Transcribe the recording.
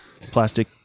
plastic